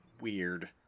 weird